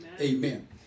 Amen